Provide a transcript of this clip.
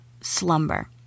slumber